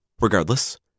Regardless